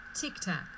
tic-tac